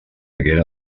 haguera